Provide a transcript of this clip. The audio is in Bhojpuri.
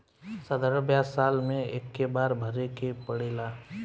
साधारण ब्याज साल मे एक्के बार भरे के पड़ेला